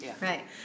right